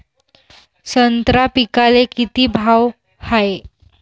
संत्रा पिकाले किती भाव हाये?